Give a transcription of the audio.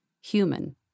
human